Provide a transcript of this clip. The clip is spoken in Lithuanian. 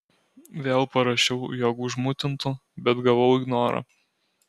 vėl parašiau jog užmutintu bet gavau ignorą